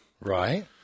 right